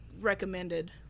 recommended